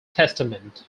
testament